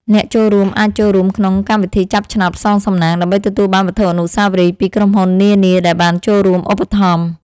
អ្នកចូលរួមអាចចូលរួមក្នុងកម្មវិធីចាប់ឆ្នោតផ្សងសំណាង ដើម្បីទទួលបានវត្ថុអនុស្សាវរីយ៍ពីក្រុមហ៊ុននានាដែលបានចូលរួមឧបត្ថម្ភ។